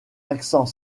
accent